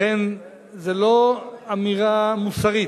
לכן, זו לא אמירה מוסרית,